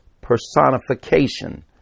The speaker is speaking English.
personification